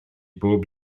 bob